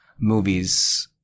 movies